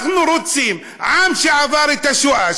עם שעבר את השואה,